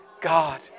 God